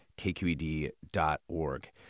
kqed.org